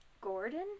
Gordon